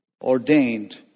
ordained